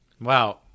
Wow